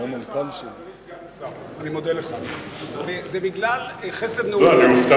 ביום ט"ז בתמוז התשס"ט (8 ביולי 2009): נודע כי הליך